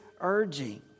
urging